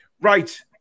Right